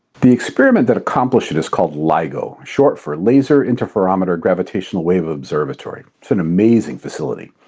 the experiment that accomplished it is called ligo, short for laser interferometer gravitational-wave observatory. it's an amazing facility.